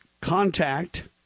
contact